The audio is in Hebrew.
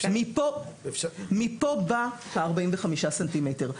מכאן באים ה-45 סנטימטרים.